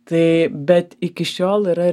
tai bet iki šiol yra